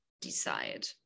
decide